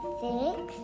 six